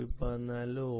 114